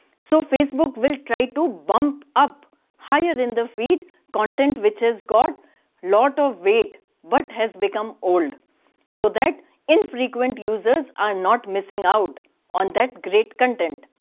so facebook will try to bump up higher in the feed content which has got lot of weight but has become old so that infrequent users are not missing out on that great content.